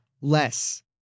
less